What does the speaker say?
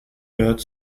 gehört